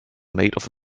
made